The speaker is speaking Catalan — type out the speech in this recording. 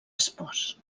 espòs